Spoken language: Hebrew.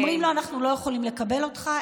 אומרים לו: אנחנו לא יכולים לקבל אותך.